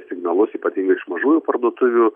signalus ypatingai iš mažųjų parduotuvių